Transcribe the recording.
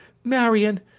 marion,